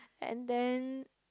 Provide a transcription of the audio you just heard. and then